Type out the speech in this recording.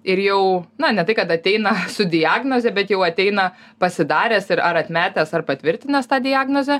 ir jau na ne tai kad ateina su diagnoze bet jau ateina pasidaręs ir ar atmetęs ar patvirtinęs tą diagnozę